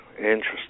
Interesting